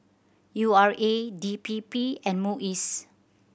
U R A D P P and MUIS